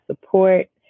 support